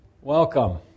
Welcome